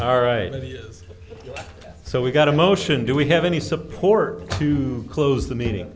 all right and he is so we got a motion do we have any support to close the meeting